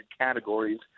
categories